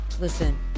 listen